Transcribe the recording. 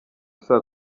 isaa